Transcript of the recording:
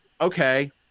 okay